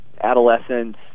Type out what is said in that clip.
adolescence